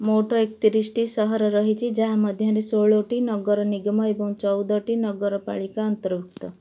ମୋଟ ଏକ ତିରିଶିଟି ସହର ରହିଛି ଯାହାମଧ୍ୟରେ ଷୋହଳଟି ନଗର ନିଗମ ଏବଂ ଚଉଦଟି ନଗରପାଳିକା ଅନ୍ତର୍ଭୁକ୍ତ